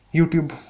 YouTube